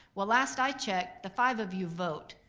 well, last i checked, the five of you vote.